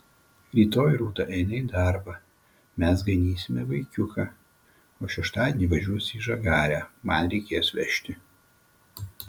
rytoj rūta eina į darbą mes ganysime vaikiuką o šeštadienį važiuos į žagarę man reikės vežti